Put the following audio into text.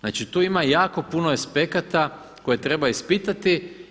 Znači tu ima jako puno aspekata koje treba ispitati.